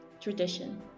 tradition